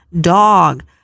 dog